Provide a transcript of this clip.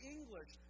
English